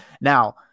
Now